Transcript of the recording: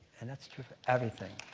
and that's true for everything,